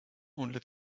only